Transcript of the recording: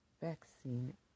vaccine